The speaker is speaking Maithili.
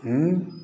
हँ